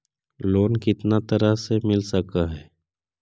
Loan कितना तरह से मिल सक है?